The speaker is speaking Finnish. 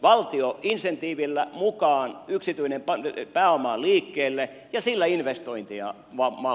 valtion insentiivillä mukaan yksityinen pääoma liikkeelle ja sillä investointeja matkaan